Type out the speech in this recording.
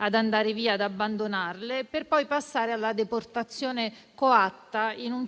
ad andare via e ad abbandonarle, fino a passare alla deportazione coatta in